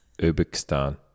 Uzbekistan